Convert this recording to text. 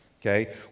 okay